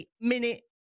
minute